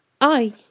I